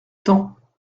temps